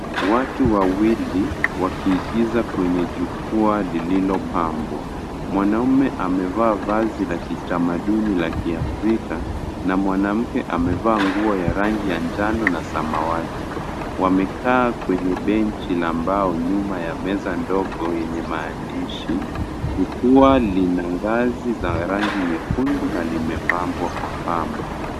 Watu wawili wakiigiza kwenye jukwaa lililopambwa. Mwanaume amevaa vazi la kitamaduni la kiafrika na mwanamke amevaa nguo ya rangi ya njano na samawati. Wamekaa kwenye benji ya mbao nyuma ya meza dogo yenye maandishi. Jukwaa lina gazi za rangi nyekundu na imepambwa kwa pamba.